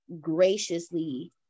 graciously